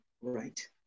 right